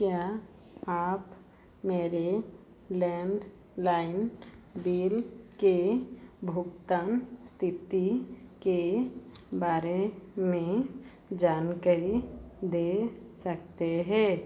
क्या आप मेरे लैंडलाइन बिल की भुगतान स्थिति के बारे में जानकरी दे सकते हैं